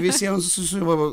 visiems susiūva